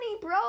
bro